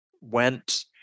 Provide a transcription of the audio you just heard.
went